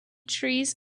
trees